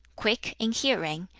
quick in hearing,